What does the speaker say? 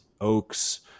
oaks